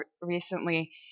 recently